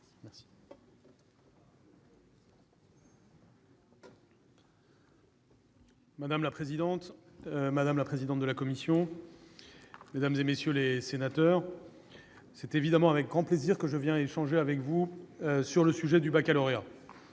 Madame la présidente, madame la présidente de la commission, mesdames, messieurs les sénateurs, c'est évidemment avec grand plaisir que je viens échanger avec vous sur la question du baccalauréat.